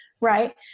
right